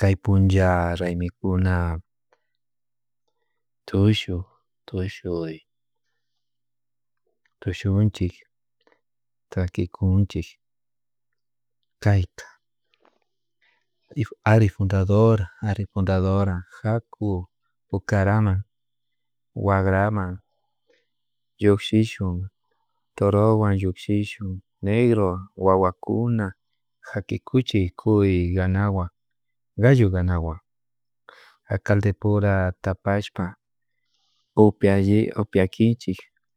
kay punlla raymikuna tushuk tushuy tushunchik takikunchuk kayka ari fundadora ari fundadora jaku pukaraman wakraman llukshishun torowan llukshishun negrowan wawakuna jakikuchik kuy ganawan gallo ganawan alcalde pura tapashpa opia opiankichik